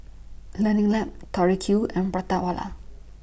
Learning Lab Tori Q and Prata Wala